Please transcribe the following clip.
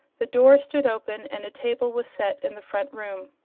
the door stood open and a table was set in the front room,